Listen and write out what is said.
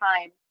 time